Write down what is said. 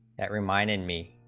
that reminded me